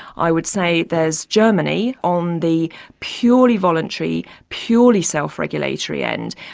i would say, there's germany on the purely voluntary, purely self-regulatory end.